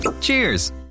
Cheers